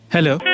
Hello